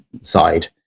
side